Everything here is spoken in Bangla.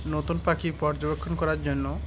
নতুন পাখি পর্যবেক্ষণ করার জন্য